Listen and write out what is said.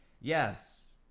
Yes